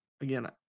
again